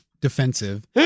defensive